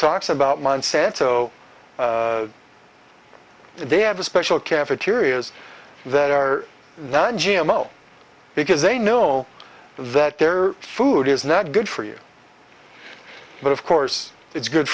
talks about monsanto they have a special cafeterias that are that g m o because they know that their food is not good for you but of course it's good